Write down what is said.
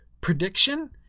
prediction